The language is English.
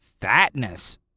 fatness